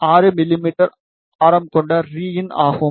6 மிமீ ஆரம் கொண்ட ரின் ஆகும்